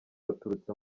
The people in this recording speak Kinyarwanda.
baturutse